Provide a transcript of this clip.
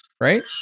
right